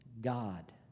God